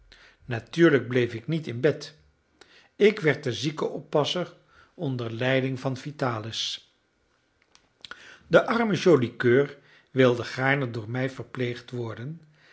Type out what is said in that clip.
natuurlijk bleef ik niet in bed ik werd de ziekenoppasser onder leiding van vitalis de arme joli coeur wilde gaarne door mij verpleegd worden